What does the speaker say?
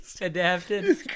adapted